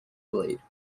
blade